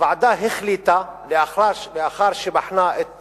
הוועדה החליטה, לאחר שבחנה את